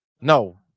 No